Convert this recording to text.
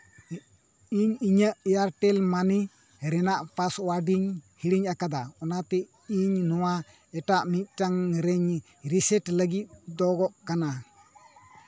ᱤᱧ ᱤᱧᱟᱹᱜ Airtel money ᱨᱮᱱᱟᱜ ᱯᱟᱥᱳᱟᱨᱰ ᱤᱧ ᱦᱤᱲᱤᱧ ᱟᱠᱟᱫᱟ ᱚᱱᱟᱛᱮ ᱤᱧ ᱱᱚᱶᱟ ᱮᱴᱟᱜ ᱢᱤᱫᱴᱟᱝ ᱨᱤᱧ ᱨᱤᱥᱮᱴ ᱞᱟᱹᱜᱤᱫᱚᱜ ᱠᱟᱱᱟ